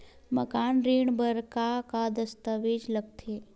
मकान ऋण बर का का दस्तावेज लगथे?